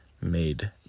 made